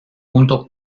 junto